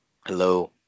Hello